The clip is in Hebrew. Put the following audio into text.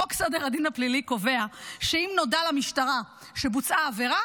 חוק סדר הדין הפלילי קובע שאם נודע למשטרה שבוצעה עבירה